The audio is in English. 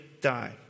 die